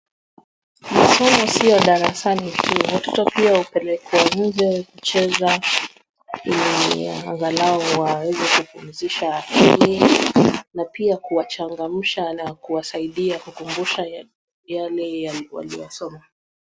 Masomo sio darasani tu, watoto pia hupelekwa nje kucheza ili angalau waweze kupumzisha akili na pia kuwachangamsha na kuwasaidia kukumbusha yale waliosoma.